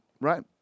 right